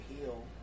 heal